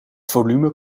volume